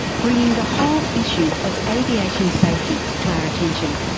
bring the whole issue of aviation safety to our attention.